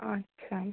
আচ্ছা